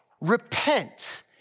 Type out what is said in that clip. Repent